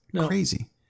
crazy